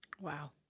Wow